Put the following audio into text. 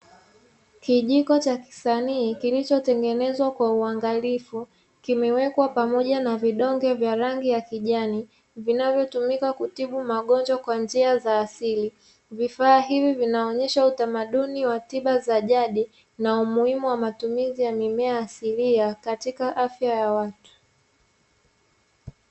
Kijiko cha kisanii kilichotengenezwa kwa uangalifu, kimewekwa pamoja na vidonge vya rangi ya kijani vinavyotumika kutibu magonjwa kwa njia za asili, vifaa hivi vinaonyesha utamaduni wa tiba za jadi na umuhimu matumizi ya mimea asilia katika afya ya watu.